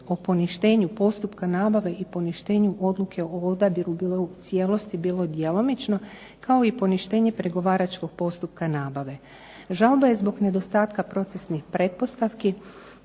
o poništenju postupka nabave i poništenju odluke o odabiru bilo u cijelosti, bilo djelomično kao i poništenje pregovaračkog postupka nabave. Žalba je zbog nedostatka procesnih pretpostavki